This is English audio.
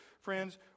friends